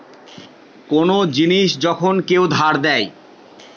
কোন জিনিস যখন কেউ ধার দেয়